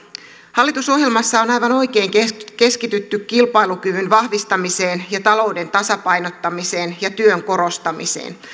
hallitusohjelmassa on aivan oikein keskitytty keskitytty kilpailukyvyn vahvistamiseen ja talouden tasapainottamiseen ja työn korostamiseen